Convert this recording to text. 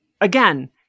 again